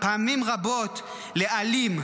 פעמים רבות לאלים,